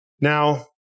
Now